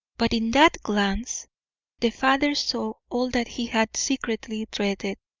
but in that glance the father saw all that he had secretly dreaded.